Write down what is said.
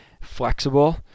flexible